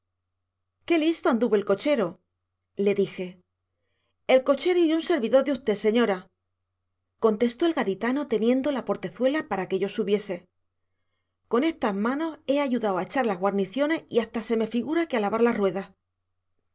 qué listo anduvo el cochero le dije el cochero y un servidor de usted señora contestó el gaditano teniendo la portezuela para que yo subiese con estas manos he ayudao a echar las guarniciones y hasta se me figura que a lavar las ruedas